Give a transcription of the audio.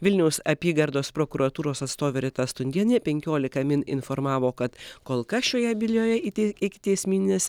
vilniaus apygardos prokuratūros atstovė rita stundienė penkiolika min informavo kad kol kas šioje byloje iki ikiteisminis